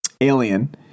alien